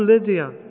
Lydia